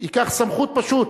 ייקח סמכות פשוט,